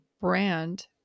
brand